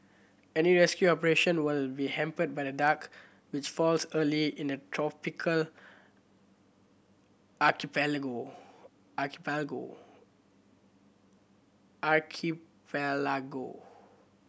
any rescue operation will be hampered by the dark which falls early in the tropical archipelago